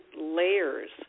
layers